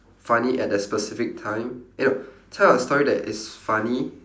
funny at the specific time eh no tell a story that is funny